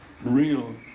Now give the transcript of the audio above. real